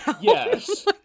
Yes